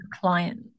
client